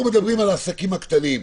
אנחנו מדברים על העסקים הקטנים.